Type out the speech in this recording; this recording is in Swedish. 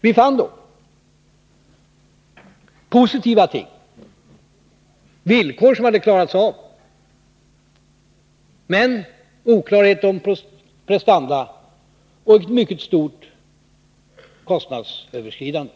Vi fann då positiva ting, t.ex. villkor som hade klarats av. Men det förelåg oklarhet om prestanda och det var ett mycket stort kostnadsöverskridande.